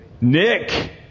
Nick